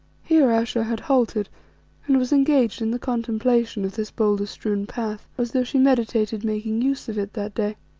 here ayesha had halted and was engaged in the contemplation of this boulder-strewn path, as though she meditated making use of it that day.